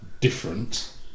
different